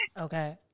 okay